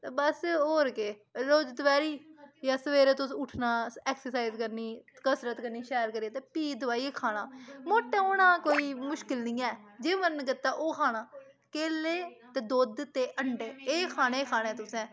ते बस होर केह् रोज़ दपैह्रीं जां सवेरे तसें उट्ठना ऐक्सरसाइज करनी कसरत करनी शैल करियै ते फ्ही दबाइयै खाना मोटे होना कोई मुश्कल नेईं ऐ जे मन कीता ओह् खाना केले ते दुद्ध ते अण्डे एह् खाने खाने तुसें